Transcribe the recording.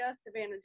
Savannah